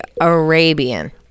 Arabian